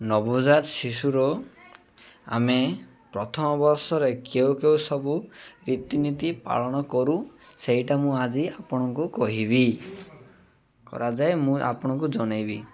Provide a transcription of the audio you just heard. ନବଜାତ ଶିଶୁର ଆମେ ପ୍ରଥମ ବର୍ଷରେ କେଉଁ କେଉଁ ସବୁ ରୀତିନୀତି ପାଳନ କରୁ ସେଇଟା ମୁଁ ଆଜି ଆପଣଙ୍କୁ କହିବି କରାଯାଏ ମୁଁ ଆପଣଙ୍କୁ ଜଣାଇବି